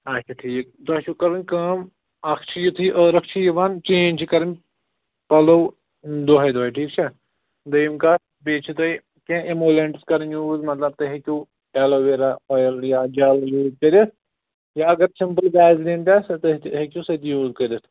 اچھا ٹھیٖک تۅہہِ چھُو کرٕنۍ کٲم اَکھ چیٖز یہِ ٲرٕکھ چھِ یِوان چینج کرٕنۍ پَلَو دۄہے دۄہے ٹھیٖک چھا بےٚ یِم کَتھ بیٚیہِ چھِ تۅہہِ کیٚنٛہہ ایمولینٛٹس کرٕنۍ یوٗز مطلب تُہۍ ہیٚکِو اَلوویرا آیِل یا جل یوٗز کٔرِتھ یا اگر سِمپل وسلیٖن تہِ آسہِ سُہ تہِ تُہۍ ہیٚکِو سُہ تہِ یوٗز کٔرِتھ